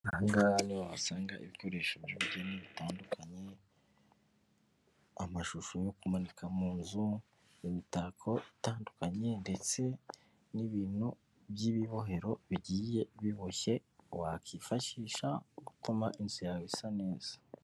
Ahangaha niho wasanga ibikoreshoi bitandukanye, amashusho yo kumanika mu nzu, imitako itandukanye, ndetse n'ibintu by'ibohero bigiye biboshye wakwifashisha gutuma inzu yawe isa neza.